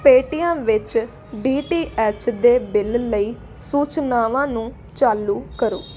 Paytm ਵਿੱਚ D T H ਦੇ bill ਲਈ ਸੂਚਨਾਵਾਂ ਨੂੰ ਚਾਲੂ ਕਰੋ